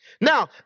Now